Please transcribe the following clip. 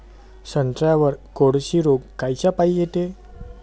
संत्र्यावर कोळशी रोग कायच्यापाई येते?